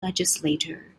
legislator